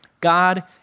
God